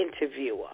interviewer